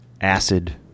Acid